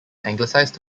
anglicised